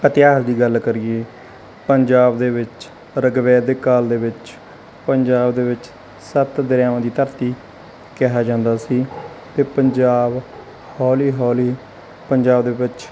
ਇਤਿਹਾਸ ਦੀ ਗੱਲ ਕਰੀਏ ਪੰਜਾਬ ਦੇ ਵਿੱਚ ਰਿਗਵੈਦਿਕ ਕਾਲ ਦੇ ਵਿੱਚ ਪੰਜਾਬ ਦੇ ਵਿੱਚ ਸੱਤ ਦਰਿਆਵਾਂ ਦੀ ਧਰਤੀ ਕਿਹਾ ਜਾਂਦਾ ਸੀ ਅਤੇ ਪੰਜਾਬ ਹੌਲੀ ਹੌਲੀ ਪੰਜਾਬ ਦੇ ਵਿੱਚ